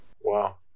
Wow